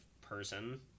person